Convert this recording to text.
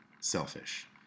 selfish